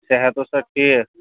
صحت اوسا ٹھیٖک